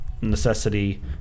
necessity